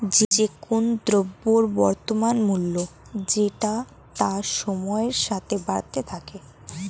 যে কোন দ্রব্যের বর্তমান মূল্য যেটা তা সময়ের সাথে বাড়তে পারে